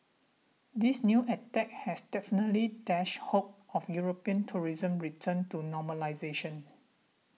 this new attack has definitely dashed hopes of European tourism's return to normalisation